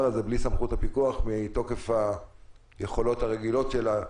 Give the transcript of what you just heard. הזה בלי סמכויות פיקוח מתוקף היכולות הרגילות שלה,